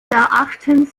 erachtens